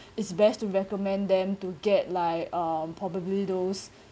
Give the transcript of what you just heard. it's best to recommend them to get like uh probably those